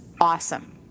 awesome